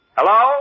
Hello